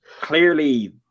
clearly